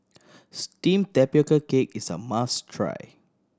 steamed tapioca cake is a must try